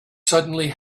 suddenly